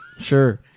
Sure